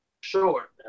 sure